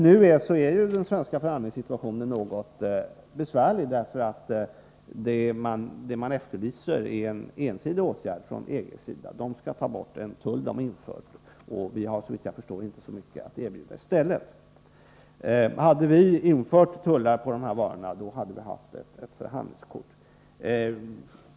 Nu är den svenska förhandlingssituationen något besvärlig, eftersom vi efterlyser en ensidig åtgärd från EG:s sida. EG skall ta bort en tull som man har infört. Vi har, såvitt jag förstår, inte så mycket att erbjuda i stället. Om vi hade infört tullar på dessa varor, hade vi haft ett förhandlingskort.